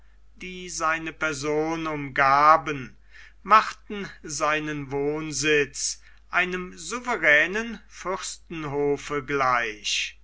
die seine person umgaben machten seinen wohnsitz einem souveränen fürstenhofe gleich